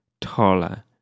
taller